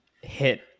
hit